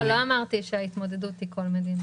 לא אמרתי שההתמודדות היא של כל מדינה.